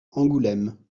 angoulême